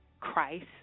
Christ